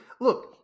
look